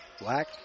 Black